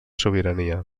sobirania